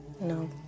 No